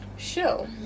show